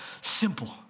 simple